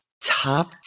top